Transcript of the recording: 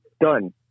done